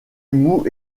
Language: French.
noue